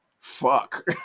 fuck